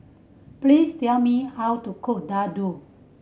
please tell me how to cook